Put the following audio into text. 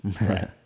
right